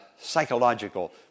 psychological